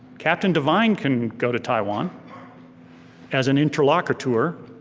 captain devine can go to taiwan as an interlocutor.